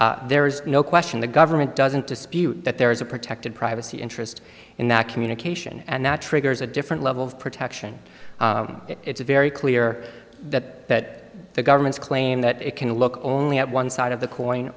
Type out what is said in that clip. o there is no question the government doesn't dispute that there is a protected privacy interest in that communication and that triggers a different level of protection it's very clear that the government's claim that it can look only at one side of the coin